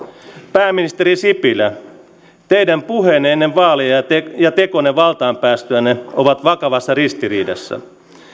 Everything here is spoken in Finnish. pääministeri sipilä teidän puheenne ennen vaaleja ja tekonne valtaan päästyänne ovat vakavassa ristiriidassa